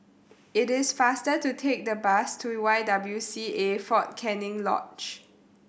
it is faster to take the bus to Y W C A Fort Canning Lodge